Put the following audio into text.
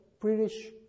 British